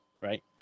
Right